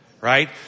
right